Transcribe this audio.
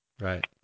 Right